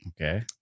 Okay